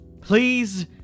please